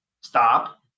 Stop